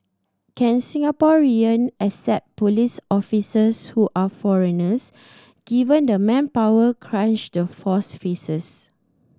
can Singaporean accept police officers who are foreigners given the manpower crunch the force faces